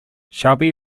selby